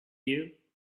you